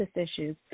issues